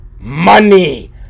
money